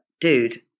dude